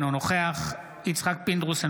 אינו נוכח יצחק פינדרוס,